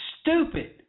stupid